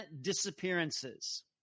disappearances